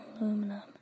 Aluminum